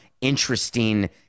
interesting